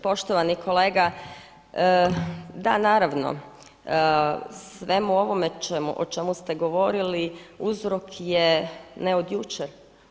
Poštovani kolega, da naravno, o svemu ovome o čemu ste govorili uzrok je ne od jučer.